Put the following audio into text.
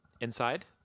Inside